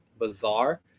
bizarre